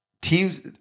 Teams